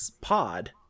Pod